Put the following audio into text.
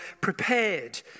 prepared